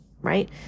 Right